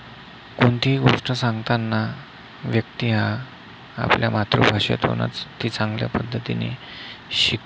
कोणतीही गोष्ट सांगताना व्यक्ती हा आपल्या मातृभाषेतूनच ती चांगल्या पद्धतीने शिक